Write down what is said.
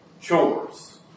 chores